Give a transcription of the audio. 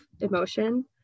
emotion